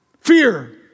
fear